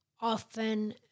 often